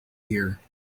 here